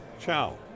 Ciao